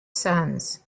sons